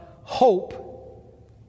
hope